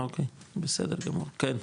אוקי, בסדר גמור, כן,